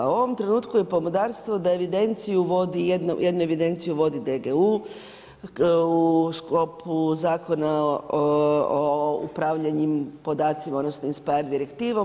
U ovom trenutku je pomodarstvo da evidenciju vodi, jednu evidenciju vodi DGU, u sklopu Zakona o upravljanju podacima, odnosno … direktivom.